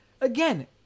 again